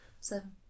Seven